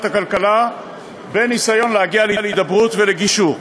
הכלכלה בניסיון להגיע להידברות ולגישור.